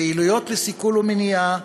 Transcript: פעילויות לסיכול ולמניעה,